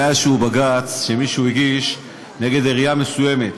היה איזשהו בג"ץ שמישהו הגיש נגד עירייה מסוימת,